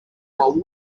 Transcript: while